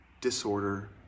disorder